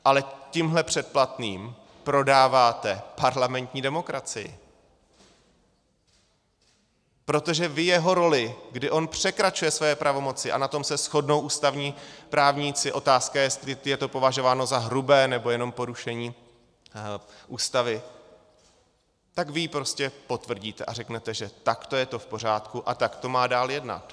Ale tímhle předplatným prodáváte parlamentní demokracii, protože vy jeho roli, kdy on překračuje své pravomoci a na tom se shodnou ústavní právníci, otázka je, jestli je to považováno za hrubé, nebo jenom porušení Ústavy , vy ji prostě potvrdíte a řeknete, že takto je to v pořádku a takto má dál jednat.